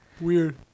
Weird